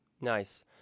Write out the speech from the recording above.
Nice